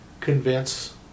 convince